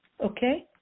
Okay